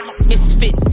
Misfit